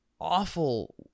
Awful